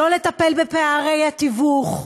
לא לטפל בפערי התיווך,